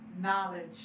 knowledge